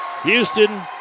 Houston